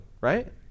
right